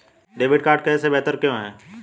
Debit card cash से बेहतर क्यों है?